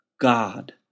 God